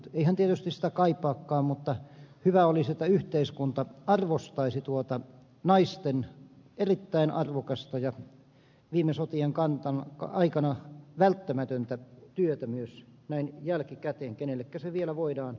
ei hän tietysti sitä kaipaakaan mutta hyvä olisi että yhteiskunta arvostaisi tuota naisten erittäin arvokasta ja viime sotien aikana välttämätöntä työtä myös näin jälkikäteen kenellekä se vielä voidaan tehdä